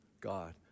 God